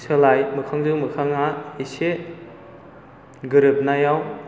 सोलाय मोखांजों मोखाङा एसे गोरोबनायाव